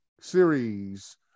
series